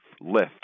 lift